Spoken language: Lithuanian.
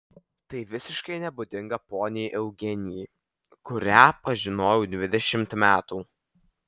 tai visiškai nebūdinga poniai eugenijai kurią pažinojau dvidešimt metų